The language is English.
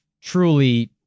truly